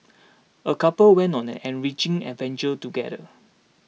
a couple went on an enriching adventure together